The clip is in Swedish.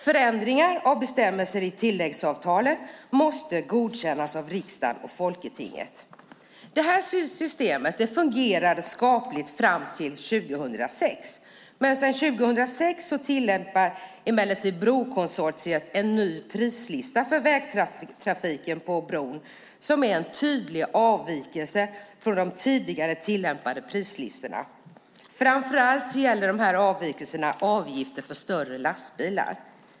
Förändringar av bestämmelser i tilläggsavtalet måste godkännas av riksdagen och Folketinget. Det här systemet fungerade skapligt fram till 2006. Sedan 2006 tillämpar emellertid brokonsortiet en ny prislista för vägtrafiken på bron som är en tydlig avvikelse från de tidigare tillämpade prislistorna. Framför allt gäller avvikelserna avgifter för större lastbilar.